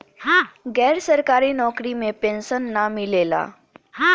गैर सरकारी नउकरी में पेंशन ना मिलेला